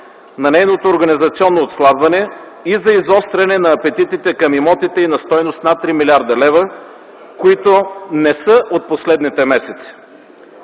на нейното организационно отслабване и за изостряне на апетитите към имотите й на стойност 3 млрд. лв., които не са от последните месеци.